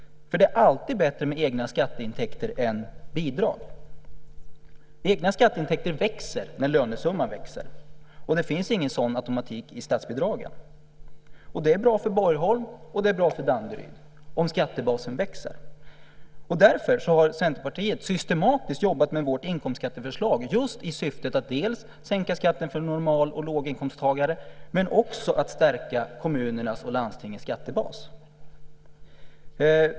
Det är alltid bättre med egna skatteintäkter än bidrag. Egna skatteintäkter växer när lönesumman växer, och det finns ingen sådan automatik i statsbidragen. Det är bra för Borgholm och det är bra för Danderyd om skattebasen växer. Därför har Centerpartiet systematiskt jobbat med vårt inkomstskatteförslag just i syfte dels att sänka skatten för normal och låginkomsttagare, dels att stärka kommunernas och landstingens skattebas.